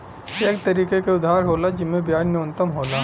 एक तरीके के उधार होला जिम्मे ब्याज न्यूनतम होला